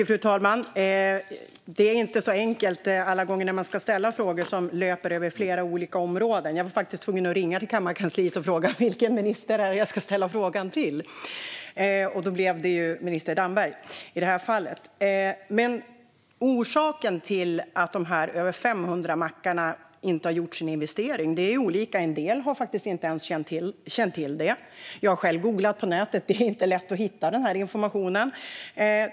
Fru talman! Det är inte så enkelt alla gånger när man ska ställa frågor som löper över flera olika områden. Jag var faktiskt tvungen att ringa till kammarkansliet och fråga vilken minister jag skulle ställa frågan till, och då blev det i det här fallet minister Damberg. Orsakerna till att de här över 500 mackarna inte har gjort sin investering är olika. En del har faktiskt inte ens känt till detta. Jag har själv sökt på nätet, och det är inte lätt att hitta den här informationen.